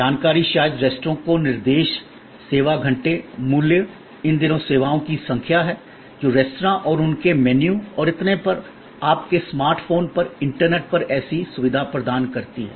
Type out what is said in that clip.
जानकारी शायद रेस्तरां को निर्देश सेवा घंटे मूल्य इन दिनों सेवाओं की संख्या है जो रेस्तरां और उनके मेनू और इतने पर आपके स्मार्ट फोन पर इंटरनेट पर ऐसी सुविधा प्रदान करती है